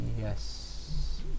Yes